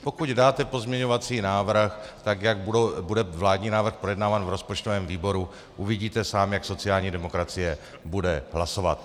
Pokud dáte pozměňovací návrh, jak bude vládní návrh projednáván v rozpočtovém výboru, uvidíte sám, jak sociální demokracie bude hlasovat.